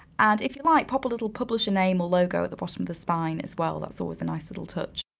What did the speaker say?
and if you like, pop a little publisher name or logo at the bottom of the spine as well. that's always a nice little touch.